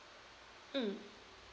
mm